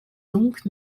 donc